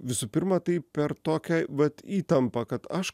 visų pirma tai per tokią vat įtampą kad aš